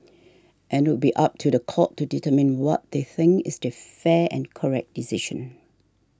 and it would be up to the court to determine what they think is the fair and correct decision